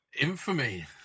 Infamy